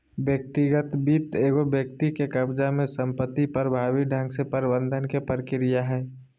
व्यक्तिगत वित्त एगो व्यक्ति के कब्ज़ा में संपत्ति प्रभावी ढंग से प्रबंधन के प्रक्रिया हइ